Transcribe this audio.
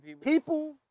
people